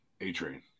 A-Train